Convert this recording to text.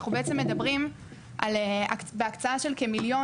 אנחנו בעצם מדברים על כך שבהקצאה של כמיליון